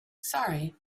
sorry